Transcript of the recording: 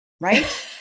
right